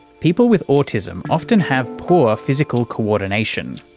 people with autism often have poor physical coordination.